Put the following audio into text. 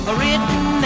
written